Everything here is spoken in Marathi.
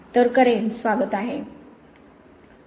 तर करेन स्वागत आहे